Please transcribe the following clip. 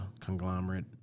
conglomerate